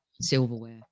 silverware